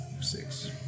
Six